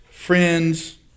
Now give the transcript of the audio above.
Friends